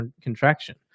contraction